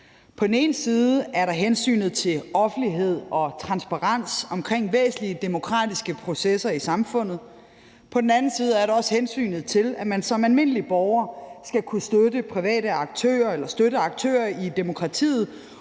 På den ene side er der hensynet til offentlighed og transparens omkring væsentlige demokratiske processer i samfundet. På den anden side er der også hensynet til, at man som almindelig borger skal kunne støtte aktører i demokratiet,